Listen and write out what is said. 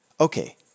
okay